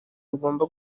rugomba